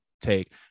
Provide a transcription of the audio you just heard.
take